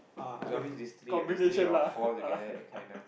there's always this three or this three or four together that kind ah